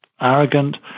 arrogant